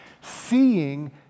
seeing